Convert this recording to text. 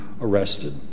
arrested